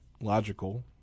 logical